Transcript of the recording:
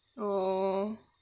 oh